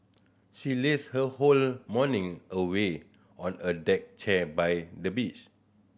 she lazed her whole morning away on a deck chair by the beach